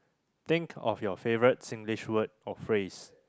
think of your favourite Singlish word or phrase